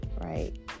right